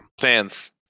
Fans